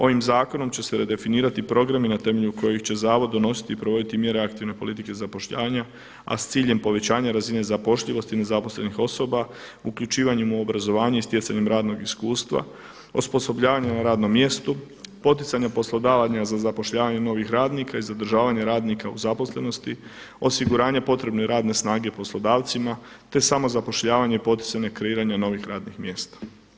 Ovim zakonom će se redefinirati programi na temelju kojih će zavod donositi i provoditi mjere aktivne politike zapošljavanja, a s ciljem povećanja razine zapošljivosti nezaposlenih osoba uključivanjem u obrazovanje i stjecanjem radnog iskustva, osposobljavanjem na radom mjestu, poticanje poslodavaca za zapošljavanje novih radnika i zadržavanje radnika u zaposlenosti, osiguranje potrebne radne snage poslodavcima, te samozapošljavanje i poticanje kreiranja novih radnih mjesta.